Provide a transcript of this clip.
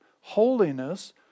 Holiness